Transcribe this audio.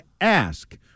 ask